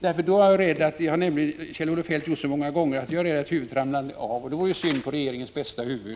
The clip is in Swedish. Det har Kjell-Olof Feldt gjort så många gånger att jag är rädd att huvudet ramlar av om han gör det igen — och det vore synd på regeringens bästa huvud.